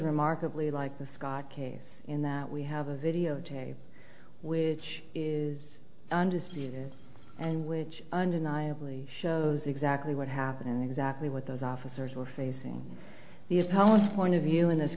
remarkably like the scott case in that we have a videotape which is undisputed and which undeniably shows exactly what happened and exactly what those officers were facing the opponent point of view in this